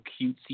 cutesy